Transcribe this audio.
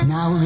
Now